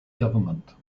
government